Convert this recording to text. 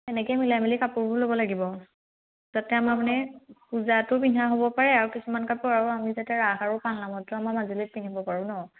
এনেকৈ মিলাই মেলি কাপোৰবোৰ ল'ব লাগিব যাতে আমাৰ মানে পূজাটো পিন্ধা হ'ব পাৰে আৰু কিছুমান কাপোৰ আৰু আমি যাতে ৰাস আৰু পাল নামতো আমাৰ মাজুলীত পিন্ধিব পাৰোঁ ন